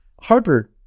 Harvard